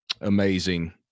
Amazing